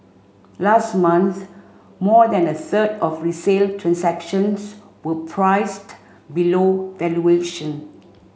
last month more than a third of resale transactions were priced below valuation